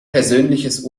persönliches